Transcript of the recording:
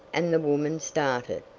and the woman started.